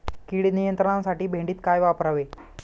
कीड नियंत्रणासाठी भेंडीत काय वापरावे?